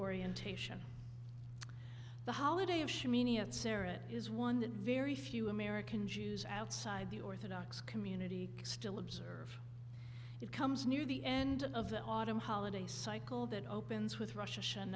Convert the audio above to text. orientation the holiday of sarah is one that very few american jews outside the orthodox community still observe it comes near the end of the autumn holiday cycle that opens with russia and